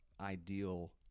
ideal